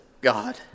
God